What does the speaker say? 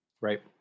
Right